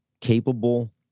capable